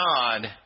God